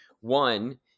One